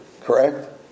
correct